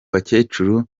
bakecuru